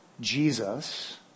Jesus